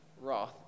wrath